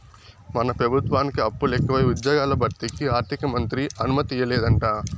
మన పెబుత్వానికి అప్పులెకువై ఉజ్జ్యోగాల భర్తీకి ఆర్థికమంత్రి అనుమతియ్యలేదంట